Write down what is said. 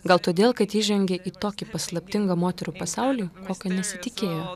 gal todėl kad įžengė į tokį paslaptingą moterų pasaulį kokio nesitikėjo